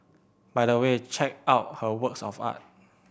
by the way check out her works of art